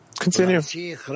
Continue